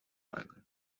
island